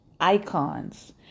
icons